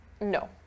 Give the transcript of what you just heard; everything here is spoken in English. No